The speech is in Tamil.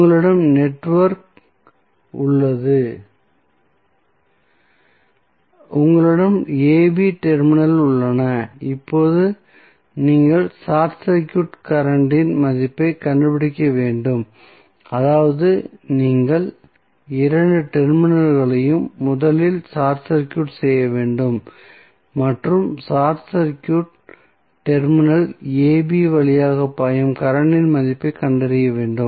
உங்களிடம் நெட்வொர்க் உள்ளது உங்களிடம் டெர்மினல்கள் ab உள்ளன இப்போது நீங்கள் ஷார்ட் சர்க்யூட் கரண்ட் இன் மதிப்பைக் கண்டுபிடிக்க வேண்டும் அதாவது நீங்கள் இரண்டு டெர்மினல்களையும் முதலில் ஷார்ட் சர்க்யூட் செய்ய வேண்டும் மற்றும் ஷார்ட் சர்க்யூட் டெர்மினல் ab வழியாக பாயும் கரண்ட் இன் மதிப்பைக் கண்டறிய வேண்டும்